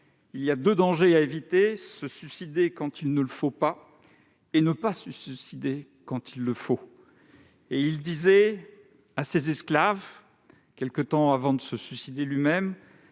Il y a deux dangers à éviter : se suicider quand il ne le faut pas et ne pas se suicider quand il le faut ». Et il a dit à ses esclaves, quelque temps avant de se suicider lui-même